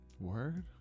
Word